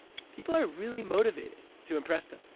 people are really motivated to impress them,